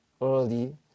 early